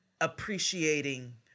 appreciating